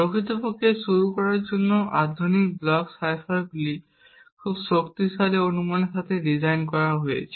প্রকৃতপক্ষে শুরু করার জন্য আধুনিক ব্লক সাইফারগুলি খুব শক্তিশালী অনুমানের সাথে ডিজাইন করা হয়েছে